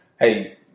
Hey